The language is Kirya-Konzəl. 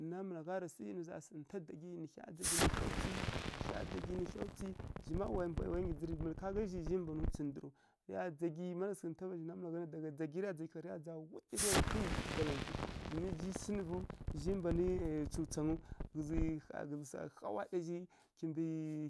Nǝ namalagha rǝ sǝi, nǝ za rǝ sǝi nta ndaggyi, nǝ hya ndzaggyi nǝ hya tswi, nǝ hya dzaggyi nǝ hya tswi, zhi mma waya nggyi dzǝrǝ ká gan zhi mban tswi ndǝrǝw, tǝya ndzaggyi mana sǝghǝ ntavǝ zha namalaghǝ na whyi balaw ntwi, domin zhi sǝnǝvǝw, zhi mbanǝ ǝyi tsuwtswangǝw, ghǝzǝ swa hawa ɗazhi, kimbǝ